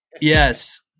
Yes